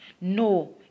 no